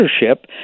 leadership